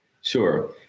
Sure